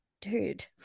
dude